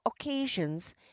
occasions